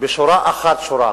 בשורה אחר שורה.